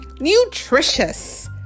Nutritious